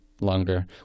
longer